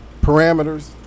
parameters